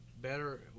better